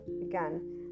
again